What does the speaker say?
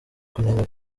kunenga